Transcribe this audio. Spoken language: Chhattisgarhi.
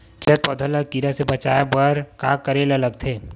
खिलत पौधा ल कीरा से बचाय बर का करेला लगथे?